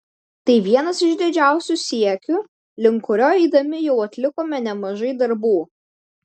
tai vienas iš didžiausių siekių link kurio eidami jau atlikome nemažai darbų